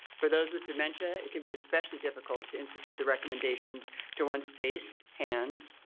for those with dementia it can be especially difficult to institute the recommendations to one's face, hands,